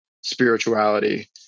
spirituality